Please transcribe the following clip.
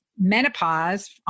menopause